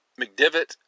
McDivitt